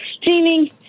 streaming